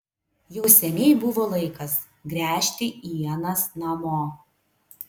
jau seniai buvo laikas gręžti ienas namo